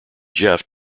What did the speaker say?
jeff